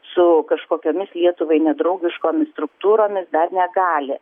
su kažkokiomis lietuvai nedraugiškomis struktūromis dar negali